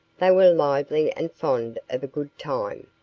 they were lively and fond of a good time,